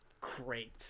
Great